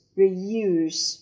reuse